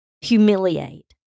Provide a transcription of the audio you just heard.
humiliate